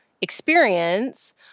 experience